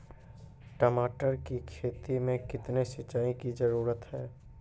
टमाटर की खेती मे कितने सिंचाई की जरूरत हैं?